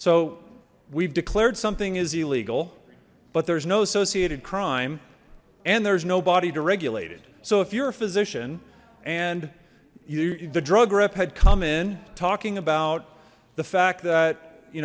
so we've declared something is illegal but there's no associated crime and there's no body to regulate it so if you're a physician and you the drug rep had come in talking about the fact that you